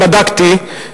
בדקתי,